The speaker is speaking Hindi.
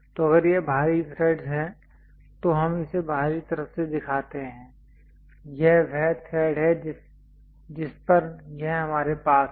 तो अगर यह बाहरी थ्रेडस् हैं तो हम इसे बाहरी तरफ से दिखाते हैं यह वह थ्रेड है जिस पर यह हमारे पास है